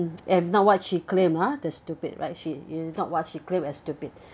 and not what she claim ah the stupid right she you not what she claim as stupid